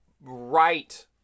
right